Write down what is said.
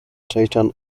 titan